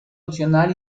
opcional